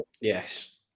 Yes